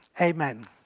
Amen